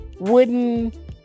wooden